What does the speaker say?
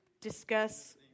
discuss